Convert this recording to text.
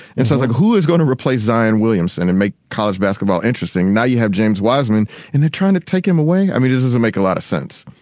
and so like who is going to replace zion williamson and make college basketball interesting now you have james wiseman in there trying to take him away. i mean it doesn't make a lot of sense.